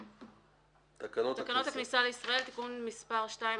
תקנות הכניסה לישראל (תיקון מס' 2),